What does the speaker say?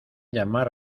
llamar